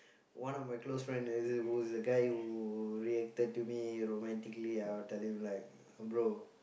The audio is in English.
one of my close friend as a who is a guy who reacted to me romantically I would tell him like bro